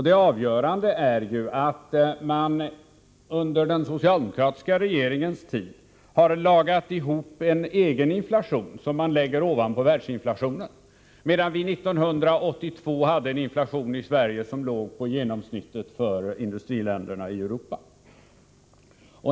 Det avgörande är att socialdemokraterna under sin tid i regeringen har lagat ihop en egen inflation, som de lägger ovanpå världsinflationen, medan vi 1982 hade en inflation i Sverige som låg på en nivå motsvarande genomsnittet för industriländerna i Europa.